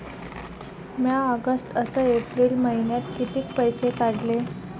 म्या ऑगस्ट अस एप्रिल मइन्यात कितीक पैसे काढले?